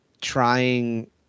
trying